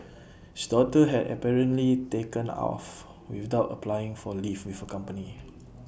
daughter had apparently taken off without applying for leave with company